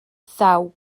thaw